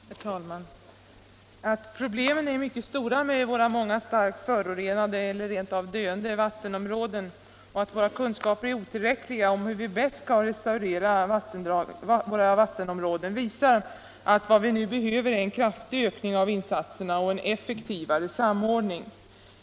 Herr talman! Att problemen är mycket stora med våra många starkt förorenade eller rent av döende vattenområden och att våra kunskaper är otillräckliga om hur vi bäst skall restaurera vattenområdena visar att vad vi nu behöver är en kraftig ökning av insatserna och en effektivare samordning av dem.